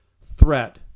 threat